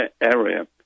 area